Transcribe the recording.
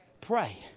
Pray